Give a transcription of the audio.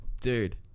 dude